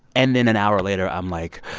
and then an hour later, i'm like,